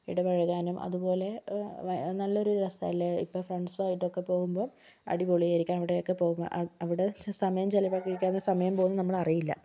ഇടപഴകാനും അതുപോലെ നല്ലൊരു രസമല്ലേ ഇപ്പം ഫ്രണ്ട്സായിട്ടൊക്കെ പോകുമ്പോൾ അടിപൊളിയായിരിക്കും അവിടെയൊക്കെ പോകുമ്പോൾ അത് അവിടെ സമയം ചിലവാക്കിക്കാതെ സമയം പോകുന്നത് അറിയില്ല